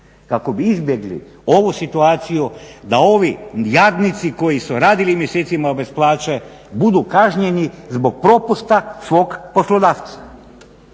Kako bi izbjegli ovu situaciju da ovi jadnici koji su radili mjesecima bez plaće budu kažnjeni zbog propusta svog poslodavca.